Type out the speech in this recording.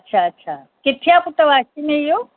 अच्छा अच्छा किथे आहे पुटु वाशीअ में इहो